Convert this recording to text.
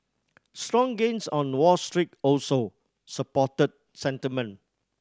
strong gains on Wall Street also supported sentiment